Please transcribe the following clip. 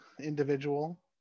individual